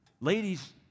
ladies